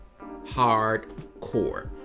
hardcore